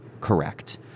correct